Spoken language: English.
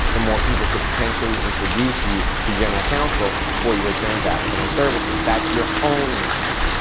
the more people could potentially introduce you to general counsel for your transactional services. that's your own industry.